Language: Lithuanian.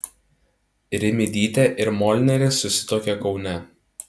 rimydytė ir molneris susituokė kaune